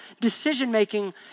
decision-making